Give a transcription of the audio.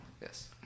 Yes